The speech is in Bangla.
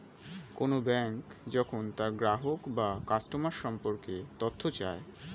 কোন ব্যাঙ্ক যখন তার গ্রাহক বা কাস্টমার সম্পর্কে তথ্য চায়